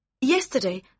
Yesterday